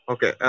Okay